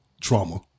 trauma